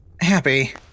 Happy